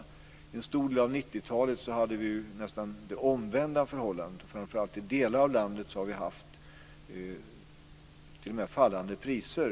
Under en stor del av 90-talet hade vi det nästan omvända förhållandet. Framför allt i delar av landet har vi haft t.o.m. fallande priser.